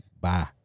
Bye